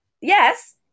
yes